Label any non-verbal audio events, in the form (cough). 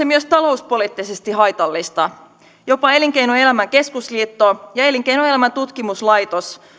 (unintelligible) myös talouspoliittisesti haitallista jopa elinkeinoelämän keskusliitto ja elinkeinoelämän tutkimuslaitos